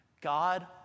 God